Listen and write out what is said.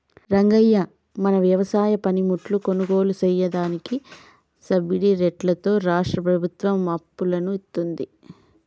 రంగయ్య మన వ్యవసాయ పనిముట్లు కొనుగోలు సెయ్యదానికి సబ్బిడి రేట్లతో రాష్ట్రా ప్రభుత్వం అప్పులను ఇత్తుంది